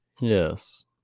Yes